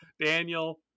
Daniel